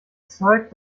zeug